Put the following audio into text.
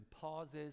pauses